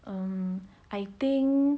um I think